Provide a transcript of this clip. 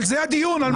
על זה הדיון, על מה?